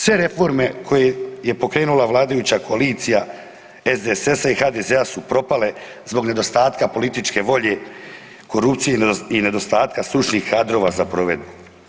Sve reforme koje je pokrenula vladajuća koalicija SDSS-a i HDZ-a su propale zbog nedostatka političke volje, korupcije i nedostatka stručnih kadrova za provedbu.